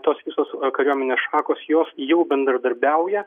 tos visos kariuomenės šakos jos jau bendradarbiauja